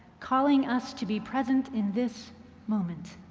calling us to be present in this moment.